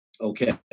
Okay